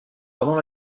pendant